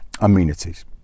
amenities